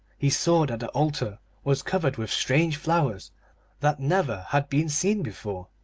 he saw that the altar was covered with strange flowers that never had been seen before.